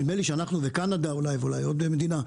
נדמה לי שאנחנו וקנדה ואולי עוד מדינה,